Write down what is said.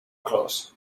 clos